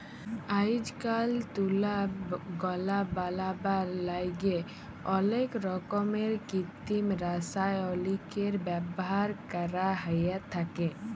আইজকাইল তুলার গলা বলাবার ল্যাইগে অলেক রকমের কিত্তিম রাসায়লিকের ব্যাভার ক্যরা হ্যঁয়ে থ্যাকে